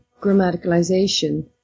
grammaticalization